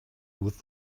with